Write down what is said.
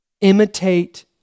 Imitate